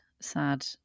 sad